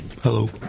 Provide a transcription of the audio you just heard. hello